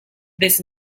this